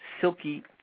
silky